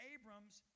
Abrams